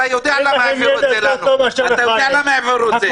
אתה יודע למה העבירו את זה,